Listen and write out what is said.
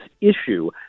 issue